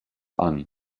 anne